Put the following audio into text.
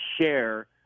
share